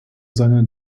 seine